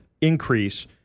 increase